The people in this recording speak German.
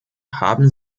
haben